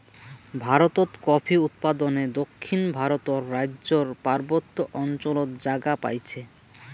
ভারতত কফি উৎপাদনে দক্ষিণ ভারতর রাইজ্যর পার্বত্য অঞ্চলত জাগা পাইছে